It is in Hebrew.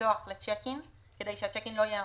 לצ'ק-אין כדי שהצ'ק-אין לא יהיה עמוס.